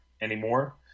anymore